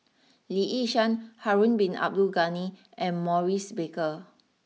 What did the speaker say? Lee Yi Shyan Harun Bin Abdul Ghani and Maurice Baker